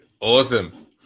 Awesome